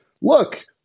look